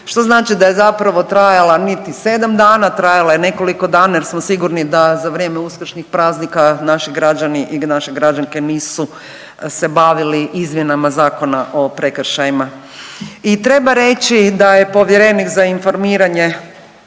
što znači da je zapravo trajala niti 7 dana, trajala je nekoliko dana jer smo sigurni da za vrijeme uskršnjih praznika naši građani i naše građanke nisu se bavili izmjenama Zakona o prekršajima. I treba reći da je povjerenik za informiranje